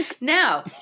Now